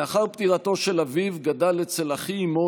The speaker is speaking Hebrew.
לאחר פטירתו של אביו גדל אצל אחי אימו,